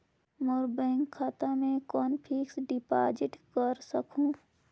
मोर bank खाता मे कौन फिक्स्ड डिपॉजिट कर सकहुं?